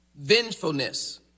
vengefulness